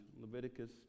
Leviticus